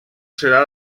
serà